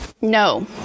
No